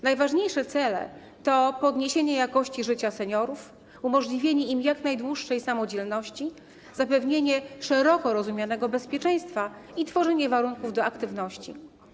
Najważniejsze cele to podniesienie jakości życia seniorów, umożliwienie im jak najdłuższej samodzielności, zapewnienie szeroko rozumianego bezpieczeństwa i tworzenie warunków do aktywności.